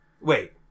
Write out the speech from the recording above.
wait